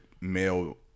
male